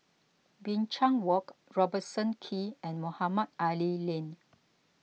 Binchang Walk Robertson Quay and Mohamed Ali Lane